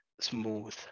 smooth